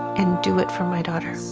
and do it for my daughter.